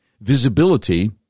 visibility